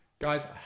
guys